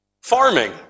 farming